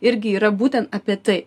irgi yra būtent apie tai